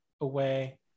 away